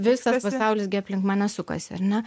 visas pasaulis gi aplink mane sukasi ar ne